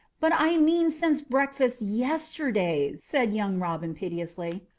but i mean since breakfast yesterday, said young robin piteously.